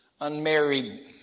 unmarried